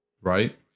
Right